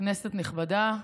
כנסת נכבדה,